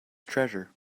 treasure